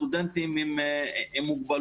אני מניח שישכל מיני סטודנטים עם כל מיני מוגבלויות